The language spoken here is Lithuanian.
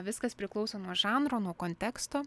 viskas priklauso nuo žanro nuo konteksto